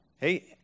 Hey